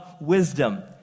wisdom